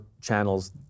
channels